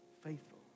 faithful